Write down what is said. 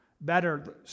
Better